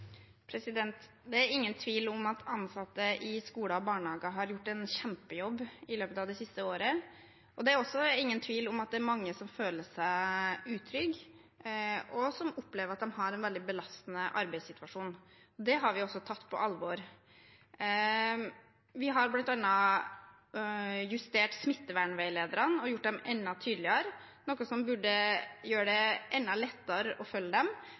Det er ingen tvil om at ansatte i skoler og barnehager har gjort en kjempejobb i løpet av det siste året. Det er heller ingen tvil om at det er mange som føler seg utrygge, og som opplever at de har en veldig belastende arbeidssituasjon. Det har vi også tatt på alvor. Vi har bl.a. justert smittevernveilederne og gjort dem enda tydeligere, noe som burde gjøre det enda lettere å følge dem.